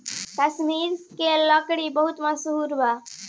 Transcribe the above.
कश्मीर के लकड़ी बहुते मसहूर बा